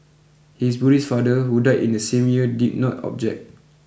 his Buddhist father who died in the same year did not object